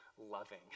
loving